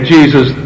Jesus